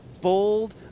bold